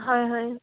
হয় হয়